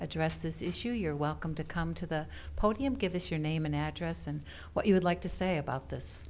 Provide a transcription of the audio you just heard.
address this issue you're welcome to come to the podium give us your name and address and what you would like to say about this